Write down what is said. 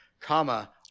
Comma